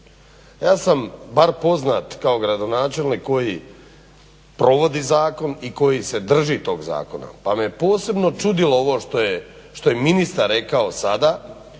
Ja sam bar poznat kao gradonačelnik koji provodi zakon i koji se drži tog zakona pa me posebno čudilo ovo što je ministar rekao sada